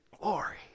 glory